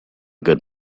good